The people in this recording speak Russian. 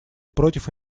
против